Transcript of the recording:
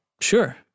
sure